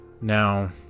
Now